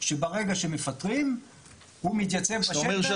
שברגע שמפטרים הוא מתייצב בשטח.